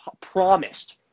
Promised